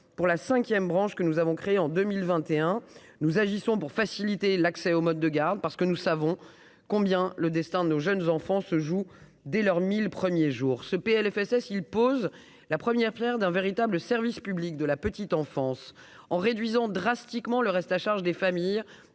pour la 5ème, branche que nous avons créée en 2021, nous agissons pour faciliter l'accès aux modes de garde parce que nous savons combien le destin de nos jeunes enfants se joue des leurs 1000 premiers jours ce PLFSS il pose la première Pierre d'un véritable service public de la petite enfance, en réduisant drastiquement le reste à charge des familles